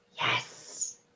Yes